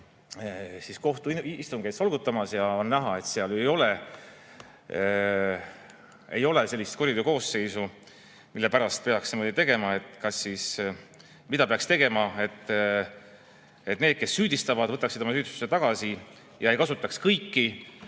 mööda kohtuistungeid solgutamas, [kuigi] on näha, et seal ei ole sellist kuriteokoosseisu, mille pärast peaks niimoodi tegema. Mida peaks tegema, et need, kes süüdistavad, võtaksid oma süüdistuse tagasi ja ei kasutaks kõiki